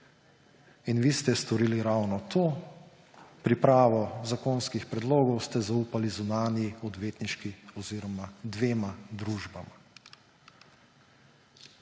In vi ste storili ravno to. Pripravo zakonskih predlogov ste zaupali zunanji odvetniški oziroma dvema družbama.